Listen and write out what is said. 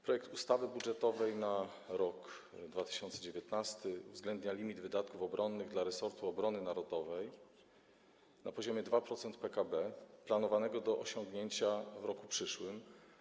Projekt ustawy budżetowej na rok 2019 uwzględnia limit wydatków obronnych dla resortu obrony narodowej na poziomie 2% PKB planowanego do osiągnięcia w roku przyszłym.